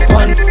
one